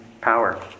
power